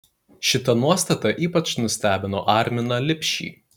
šita nuostata ypač nustebino arminą lipšį